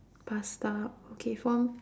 pasta okay for